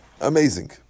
Amazing